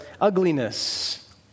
ugliness